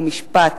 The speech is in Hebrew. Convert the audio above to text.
חוק ומשפט,